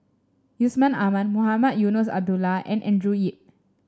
Yusman Aman Mohamed Eunos Abdullah and Andrew Yip